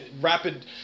rapid